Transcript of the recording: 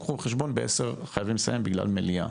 קחו בחשבון שבשעה 10 צריכים לסיים בגלל מליאה.